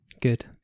Good